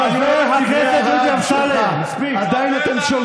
ושולטת בבחירת השופטים ומבטלת כלאחר